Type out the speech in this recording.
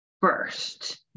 first